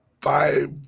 five